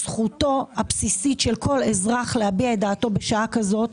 זכותו הבסיסית של כל אזרח להביע את דעתו בשעה כזאת.